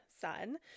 son